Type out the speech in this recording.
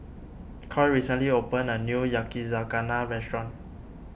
Coy recently opened a new Yakizakana restaurant